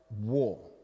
war